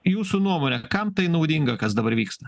jūsų nuomone kam tai naudinga kas dabar vyksta